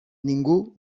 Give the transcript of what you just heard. ningú